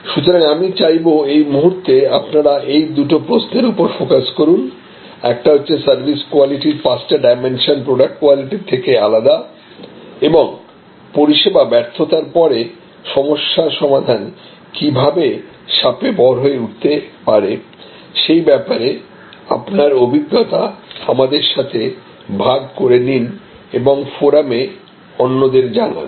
সুতরাং আমি চাইবো এই মুহূর্তে আপনারা এই দুটো প্রশ্নের উপরে ফোকাস করুন একটা হচ্ছে কিভাবে সার্ভিস কোয়ালিটির পাঁচটি ডাইমেনশন প্রডাক্ট কোয়ালিটির থেকে আলাদা এবং পরিষেবা ব্যর্থতার পরে সমস্যার সমাধান কিভাবে শাপে বর হয়ে উঠতে পারে সেই ব্যাপারে আপনার অভিজ্ঞতা আমাদের সাথে ভাগ করে নিন এবং ফোরামে অন্যদের জানান